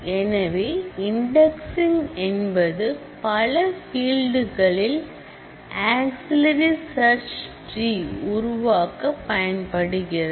எனவே இன்டெக்ஸ்ங் என்பது பல பீல்டுகளில் ஆக்சில்லரி சர்ச் ட்ரி உருவாக்க பயன்படுகிறது